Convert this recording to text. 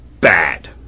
Bad